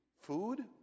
food